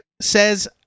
says